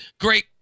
Great